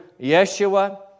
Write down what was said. Yeshua